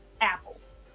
apples